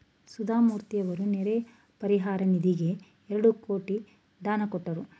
ಸುಧಾಮೂರ್ತಿಯವರು ನೆರೆ ಪರಿಹಾರ ನಿಧಿಗೆ ಎರಡು ಕೋಟಿ ದಾನ ಕೊಟ್ಟರು